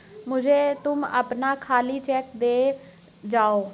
मुझे तुम अपना खाली चेक दे जाओ